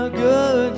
good